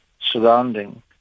surrounding